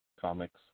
comics